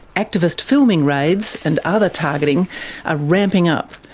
activist filming raids and other targeting are ramping up,